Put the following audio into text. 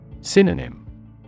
Synonym